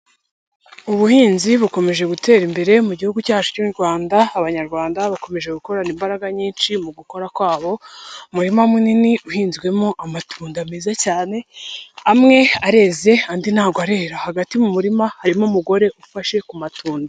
Ubuhinzi bukomeje gutera imbere mu Gihugu cyacu cy'u Rwanda, Abanyarwanda bakomeje gukorana imbaraga nyinshi mu gukora kwabo. Umurima munini uhinzwemo amatunda meza cyane amwe areze andi ntabwo arera, hagati mu murima harimo umugore ufashe ku matunda.